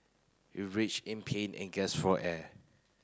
he in pain and gasped for air